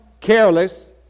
careless